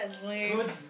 Good